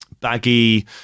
baggy